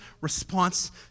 response